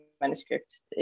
manuscripts